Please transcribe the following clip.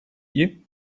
you